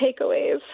takeaways